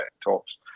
talks